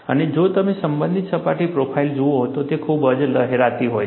અને જો તમે સંબંધિત સપાટી પ્રોફાઇલ જુઓ તો તે ખૂબ જ લહેરાતી હોય છે